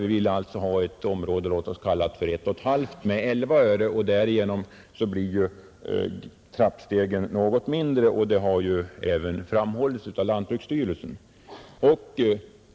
Vi vill alltså ha ett område, låt oss kalla det område ett och ett halvt, med 11 öre i pristillägg. Därigenom blir ju övergången något mindre markant, vilket även har framhållits av lantbruksstyrelsen i remissyttrande.